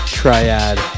triad